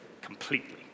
completely